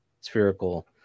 spherical